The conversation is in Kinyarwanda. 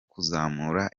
kuzamura